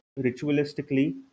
ritualistically